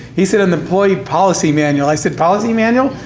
he said, an employee policy manual. i said, policy manual?